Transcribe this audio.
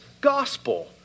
gospel